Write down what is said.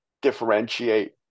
differentiate